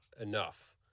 enough